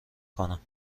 کنم